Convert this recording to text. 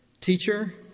Teacher